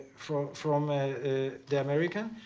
from from ah ah the american.